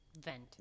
vent